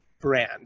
brand